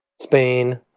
Spain